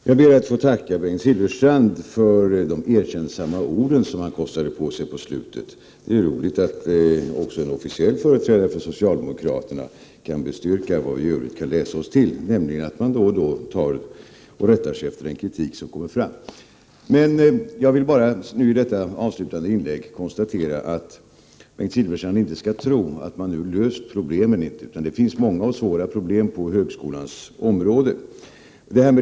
Herr talman! Jag ber att få tacka Bengt Silfverstrand för de erkännsamma ord han kostade på sig på slutet. Det är roligt att också en officiell företrädare för socialdemokraterna kan bestyrka vad vi i övrigt kan läsa oss till, nämligen att man då och då rättar sig efter den kritik som kommer fram. Jag vill i detta avslutande inlägg konstatera att Bengt Silfverstrand inte skall tro att man nu har löst problemen. Det finns många och svåra problem på högskolans område.